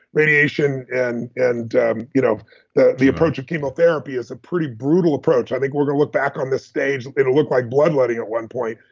radiation and and you know the the approach of chemotherapy is a pretty brutal approach. i think we're going to look back on this stage it'll look like bloodletting at one point.